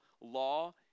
law